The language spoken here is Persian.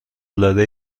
العاده